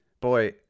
Boy